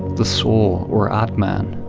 the soul or atman,